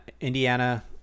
indiana